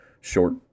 short